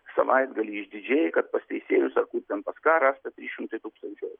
savaitgalį išdidžiai kad pas teisėjus ar kų ten pas ką rasta trys šimtai tūkstančių eurų